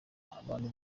abantu